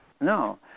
No